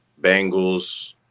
Bengals